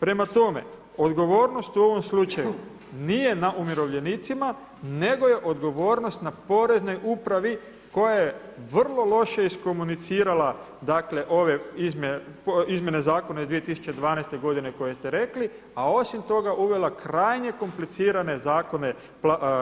Prema tome, odgovornost u ovom slučaju nije na umirovljenicima, nego je odgovornost na Poreznoj upravi koja je vrlo loše iskomunicirala dakle ove izmjene zakona iz 2012. godine koje ste rekli, a osim toga uvela krajnje komplicirane zakone,